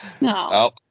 no